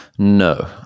No